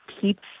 keeps